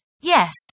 Yes